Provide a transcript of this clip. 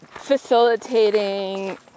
facilitating